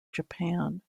japan